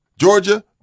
Georgia